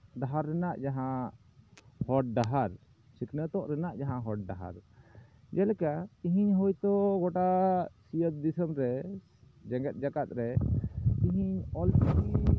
ᱰᱟᱦᱟᱨ ᱨᱮᱱᱟᱜ ᱡᱟᱦᱟᱸ ᱦᱚᱨ ᱰᱟᱦᱟᱨ ᱥᱤᱠᱱᱟᱹᱛᱚᱜ ᱨᱮᱱᱟᱜ ᱡᱟᱦᱟᱸ ᱦᱚᱨ ᱰᱟᱦᱟᱨ ᱡᱮᱞᱮᱠᱟ ᱛᱮᱦᱤᱧ ᱦᱳᱭᱛᱳ ᱜᱚᱴᱟ ᱥᱤᱧᱚᱛ ᱫᱤᱥᱚᱢ ᱨᱮ ᱡᱮᱸᱜᱮᱛ ᱡᱟᱠᱟᱫ ᱨᱮ ᱛᱤᱦᱤᱧ ᱚᱞᱪᱤᱠᱤ